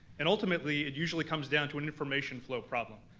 and ultimately, it usually comes down to an information flow problem,